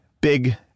big